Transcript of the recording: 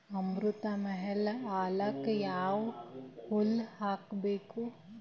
ಅಮೃತ ಮಹಲ್ ಆಕಳಗ ಯಾವ ಹುಲ್ಲು ಹಾಕಬೇಕು?